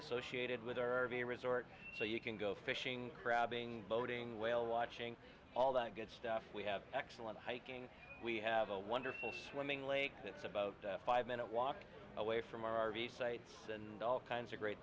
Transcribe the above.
associated with our r v resort so you can go fishing crabbing boating whale watching all that good stuff we have excellent hiking we have a wonderful swimming lake that's about a five minute walk away from our r v sites and all kinds of great